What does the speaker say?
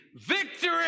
Victory